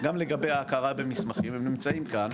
גם לגבי ההכרה במסמכים והם נמצאים כאן,